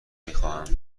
میخواهتم